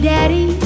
Daddy